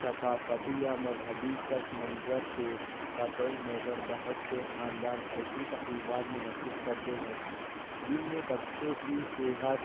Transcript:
ثقافتی یا مذہبی پس منظر سے قطع نظر بہت سے خاندان ایسی تقریبات منعقد کرتے ہیں جن میں بچے کی صحت